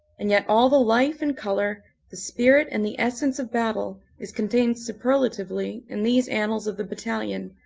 and yet all the life and color, the spirit and the essence of battle is contained super latively in these annals of the battalion,